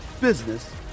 business